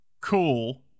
Cool